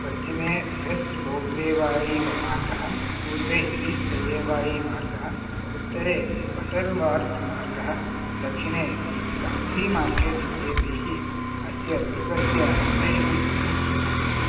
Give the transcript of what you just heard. पश्चिमे वेस्ट् बौग्लेवायी विमार्गः पूर्वम् ईश्ट् बौलेवायीमार्गः उत्तरे बटर् मार्गः मार्गः दक्षिणे गन् गान्धी मार्केट् इत्येतैः अस्य दुर्गस्य अन्वेषणं कर्तुं शक्यते